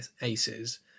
aces